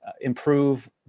improve